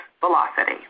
Velocity